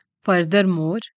Furthermore